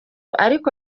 ariko